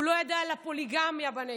הוא לא ידע על הפוליגמיה בנגב.